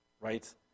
right